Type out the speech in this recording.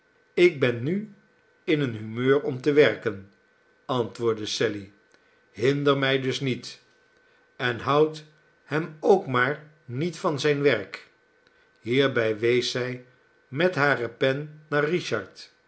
ik ben nu in een humeur om te werken antwoordde sally hinder mij dus niet en houd hem ook maar niet van zij nwerk hierbij wees zij met hare pen naar richard